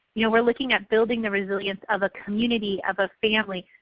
you know we're looking at building the resilience of a community, of a family.